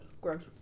Gross